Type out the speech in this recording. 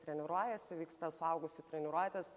treniruojasi vyksta suaugusių treniruotės